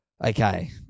Okay